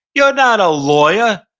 you're not a lawyer.